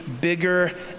bigger